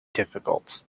difficult